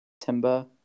Timber